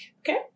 Okay